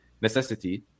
necessity